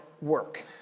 Work